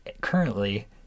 currently